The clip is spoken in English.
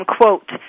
quote